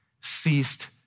ceased